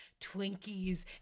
Twinkies